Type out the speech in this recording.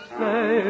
say